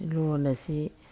ꯂꯣꯟ ꯑꯁꯤ